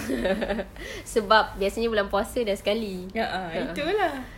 sebab biasanya bulan puasa sudah sekali a'ah